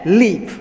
leap